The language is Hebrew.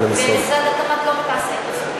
ומשרד התמ"ת לא מתעסק בזה.